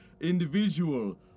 individual